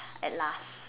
at last